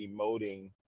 emoting